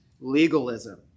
legalism